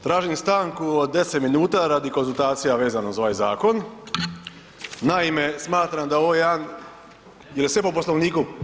Tražim stanku od 10 minuta radi konzultacija vezano za ovaj zakon, naime smatram da je ovo jedan, je li sve po poslovniku?